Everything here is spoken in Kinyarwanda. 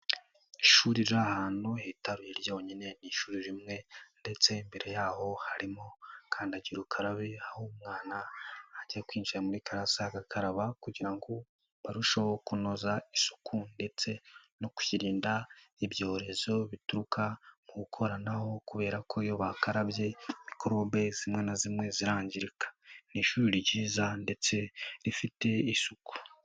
Ishuri riri ahantu hitaruye ryonyine, ishuri rimwe ndetse imbere yaryo harimo kandagira ukarabe, aho umwana ajya kwinjira muri kalase agakaraba, kugira ngo barusheho kunoza isuku ndetse no kwirinda ibyorezo bituruka mu gukoranaho, kubera ko iyo bakarabye mikorobe zimwe na zimwe zirangirika. Ni ishuri ryiza ndetse rifite isuku.